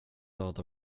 döda